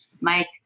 Mike